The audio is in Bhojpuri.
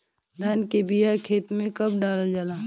धान के बिया खेत में कब डालल जाला?